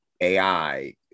AI